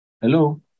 Hello